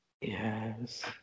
Yes